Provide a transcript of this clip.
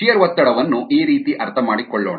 shear ಒತ್ತಡವನ್ನು ಈ ರೀತಿ ಅರ್ಥಮಾಡಿಕೊಳ್ಳೋಣ